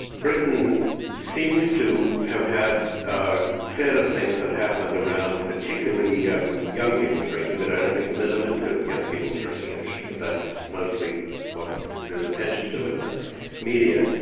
britain seems to have had set of things that happened around particularly yeah um young people's drinking, but i don't think limited to young people's drinking, it's just that that's mostly what there's attention to in the media.